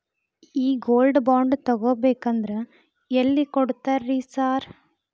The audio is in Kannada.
ಈ ಗೋಲ್ಡ್ ಬಾಂಡ್ ತಗಾಬೇಕಂದ್ರ ಎಲ್ಲಿ ಕೊಡ್ತಾರ ರೇ ಸಾರ್?